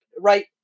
Right